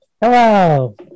Hello